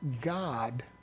God